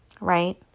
right